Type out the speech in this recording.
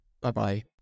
Bye-bye